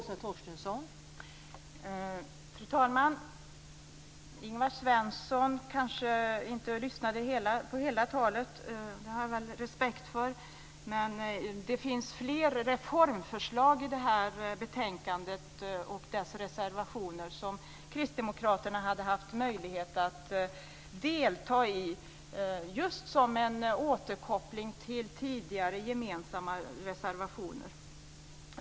Fru talman! Ingvar Svensson kanske inte lyssnade på hela talet. Det kan jag ha respekt för. Det finns fler reformförslag i betänkandet och i reservationerna som kristdemokraterna hade haft möjlighet att delta i, just som en återkoppling till tidigare gemensamma reservationer.